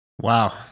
Wow